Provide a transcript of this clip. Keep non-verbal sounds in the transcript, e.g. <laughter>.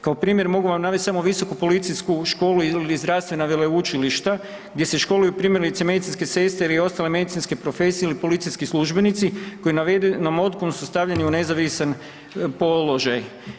Kao primjer, mogu vam navesti samo Visoku policijsku školu ili zdravstvena veleučilišta, gdje se školuju primjerice, medicinske sestre ili ostale medicinske profesije ili policijski službenici, koji ... <unintelligible> su stavljeni u nezavisan položaj.